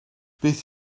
beth